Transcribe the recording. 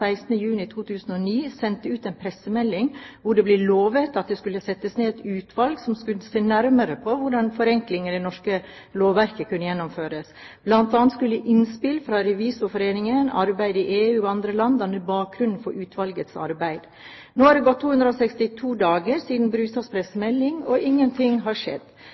juni 2009 sendte ut en pressemelding, hvor det ble lovt at det skulle settes ned et utvalg som skulle se nærmere på hvordan forenklingen i det norske lovverket kunne gjennomføres, bl.a. skulle innspill fra Revisorforeningen, arbeid i EU og andre land danne bakgrunn for utvalgets arbeid. Nå er det gått 262 dager siden Brustads pressemelding, og ingen ting har skjedd.